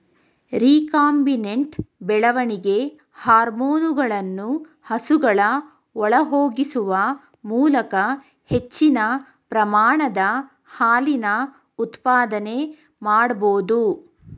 recombinant ಬೆಳವಣಿಗೆ ಹಾರ್ಮೋನುಗಳನ್ನು ಹಸುಗಳ ಒಳಹೊಗಿಸುವ ಮೂಲಕ ಹೆಚ್ಚಿನ ಪ್ರಮಾಣದ ಹಾಲಿನ ಉತ್ಪಾದನೆ ಮಾಡ್ಬೋದು